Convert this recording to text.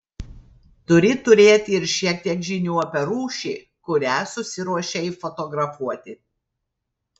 turi turėti ir šiek tiek žinių apie rūšį kurią susiruošei fotografuoti